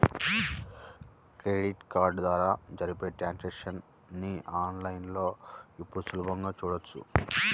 credit card ద్వారా జరిపే transactions ని ఆన్ లైన్ లో ఇప్పుడు సులభంగా చూడొచ్చు